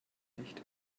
nicht